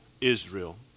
Israel